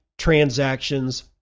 transactions